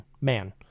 Man